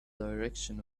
direction